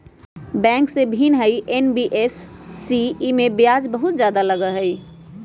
Bank से भिन्न हई एन.बी.एफ.सी इमे ब्याज बहुत ज्यादा लगहई?